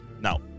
now